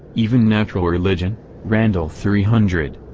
even natural religion randall three hundred.